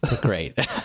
Great